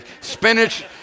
Spinach